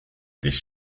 this